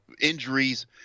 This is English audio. injuries